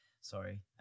sorry